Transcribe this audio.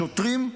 השוטרים,